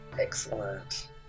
excellent